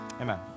Amen